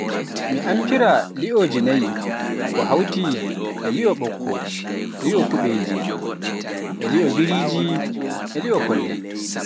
mi amfira li'oji naayi, ko hawti e li'o bokko, li'o kubeje, li'o biriji e li'o folle.